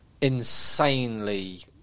insanely